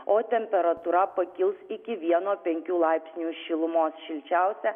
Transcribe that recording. o temperatūra pakils iki vieno penkių laipsnių šilumos šilčiausia